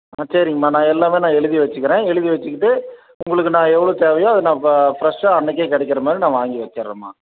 ஆ சரிங்கம்மா நான் எல்லாமே நான் எழுதி வெச்சுக்கிறேன் எழுதி வெச்சுக்கிட்டு உங்களுக்கு நான் எவ்வளோ தேவையோ அதை நான் ப ஃப்ரெஷ்ஷாக அன்றைக்கே கிடைக்கிற மாதிரி நான் வாங்கி வெச்சுறேம்மா